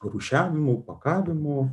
rūšiavimu pakavimu